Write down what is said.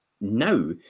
now